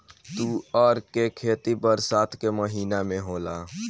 तूअर के खेती बरसात के महिना में होला